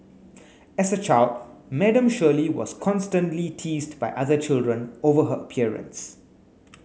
as a child Madam Shirley was constantly teased by other children over her appearance